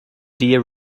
deer